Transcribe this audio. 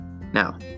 Now